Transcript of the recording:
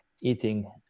eating